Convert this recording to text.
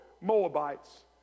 Moabites